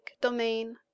domain